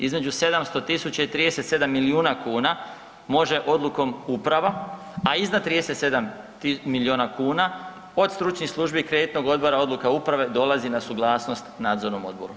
Između 700.000 i 37 milijuna kuna može odlukom uprava, a iznad 37 milijuna kuna od stručnih službi kreditnog odbora, odluka uprave dolazi na suglasnost nadzornom odboru.